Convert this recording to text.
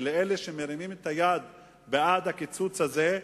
ולאלה שמרימים את היד בעד הקיצוץ הזה,